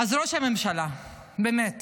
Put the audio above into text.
אז ראש הממשלה, באמת